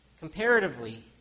Comparatively